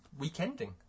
weekending